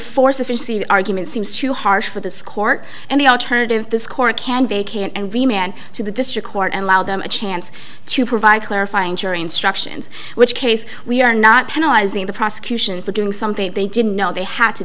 sufficiency argument seems too harsh for this court and the alternative this court can vacate and remain to the district court and loud them a chance to provide clarifying jury instructions which case we are not penalize in the prosecution for doing something they didn't know they had to